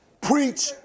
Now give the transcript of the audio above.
Preach